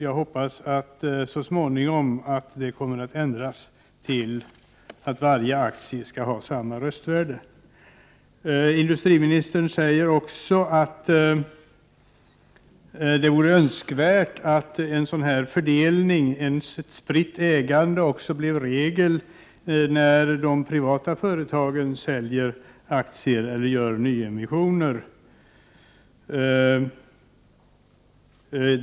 Jag hoppas att det så småningom kommer att ändras till att varje aktie skall ha samma röstvärde. Industriministern säger också att det vore önskvärt att en sådan fördelning med spritt ägande blev regel också när de privata företagen säljer aktier eller gör nyemissioner.